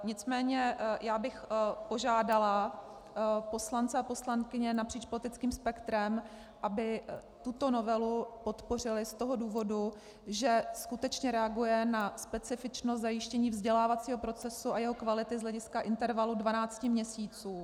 Nicméně já bych požádala poslance a poslankyně napříč politickým spektrem, aby tuto novelu podpořili z toho důvodu, že skutečně reaguje na specifičnost zajištění vzdělávacího procesu a jeho kvality z hlediska intervalu 12 měsíců.